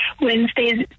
Wednesdays